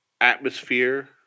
atmosphere